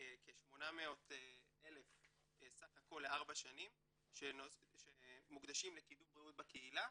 כ-800 סך הכל לארבע שנים שמוקדשים לקידום בריאות בקהילה.